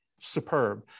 superb